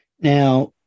Now